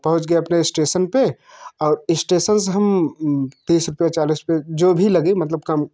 पहुँच गए अपने स्टेसन पर और स्टेसन से हम तीस रुपये चालीस रुपये जो भी लगे मतलब कम